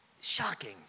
Shocking